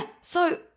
So-